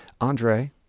Andre